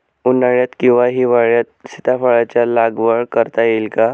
उन्हाळ्यात किंवा हिवाळ्यात सीताफळाच्या लागवड करता येईल का?